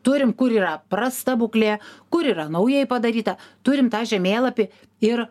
turim kur yra prasta būklė kuri yra naujai padaryta turim tą žemėlapį ir